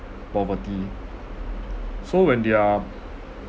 poverty so when their